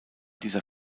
dieser